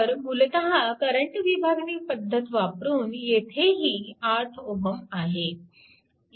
तर मूलतः करंट विभागणी पद्धत वापरून येथेही 8Ω आहे